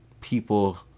people